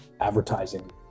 advertising